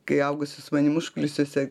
kai augusi su manim užkulisiuose